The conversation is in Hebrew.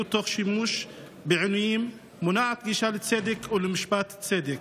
תוך שימוש בעינויים ומונעת גישה לצדק ולמשפט צדק,